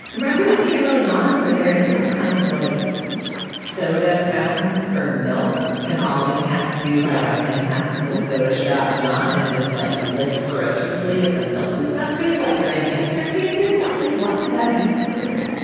and remember the scene early on where they're in some kind of like soda fountain for milk and all the cats do like a fantastical soda shop, john. and just like lick ferociously at the milk dispensers, like they're in hamster cages, like, what the goddamn fuck?